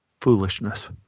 Foolishness